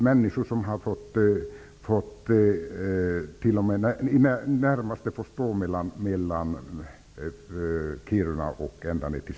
Människor har fått stå i det närmaste hela vägen från Kiruna ända ner till